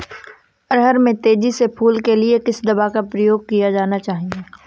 अरहर में तेजी से फूल आने के लिए किस दवा का प्रयोग किया जाना चाहिए?